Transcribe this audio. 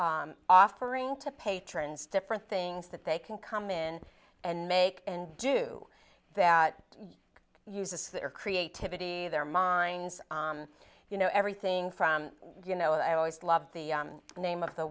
offering to patrons different things that they can come in and make and do that uses their creativity their minds you know everything from you know i always love the name of the